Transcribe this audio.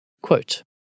Quote